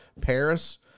Paris